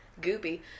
goopy